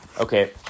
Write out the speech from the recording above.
Okay